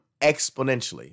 exponentially